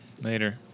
Later